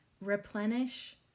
replenish